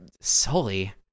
Sully